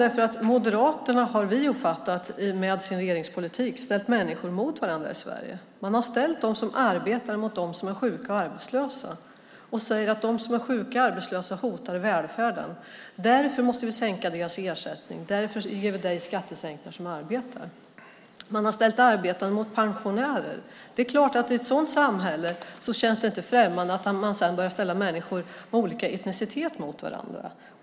Vi har uppfattat att Moderaterna med sin regeringspolitik har ställt människor mot varandra i Sverige. Man har ställt dem som arbetar mot dem som är sjuka eller arbetslösa och säger att de som är sjuka eller arbetslösa hotar välfärden. Därför måste man sänka deras ersättning, och därför ger man dem som arbetar skattesänkningar. Man har ställt arbetande mot pensionärer. Det är klart att det i ett sådant samhälle inte känns främmande att sedan börja ställa människor med olika etnicitet mot varandra.